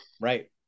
right